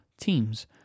teams